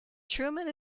truman